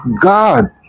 god